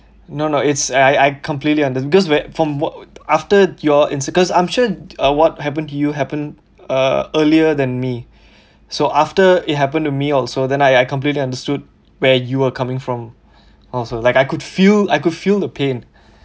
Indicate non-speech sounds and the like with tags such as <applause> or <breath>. no no it's I I completely unders~ because where from what after your inci~ cause I'm sure uh what happened to you happened uh earlier than me <breath> so after it happened to me also then I I completely understood where you were coming from <breath> also like I could feel I could feel the pain <breath>